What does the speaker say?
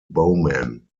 bowman